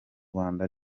rwanda